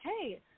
Hey